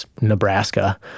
Nebraska